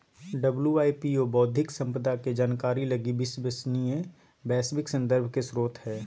WIPO बौद्धिक संपदा के जानकारी लगी विश्वसनीय वैश्विक संदर्भ के स्रोत हइ